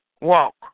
walk